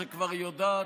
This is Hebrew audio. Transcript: שכבר יודעת,